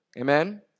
Amen